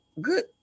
good